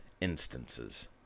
instances